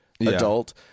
adult